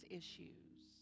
issues